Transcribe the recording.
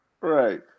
right